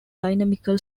dynamical